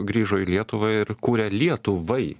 grįžo į lietuvą ir kuria lietuvai